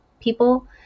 people